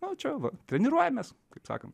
nu čia va treniruojamės kaip sakant